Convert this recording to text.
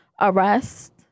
arrest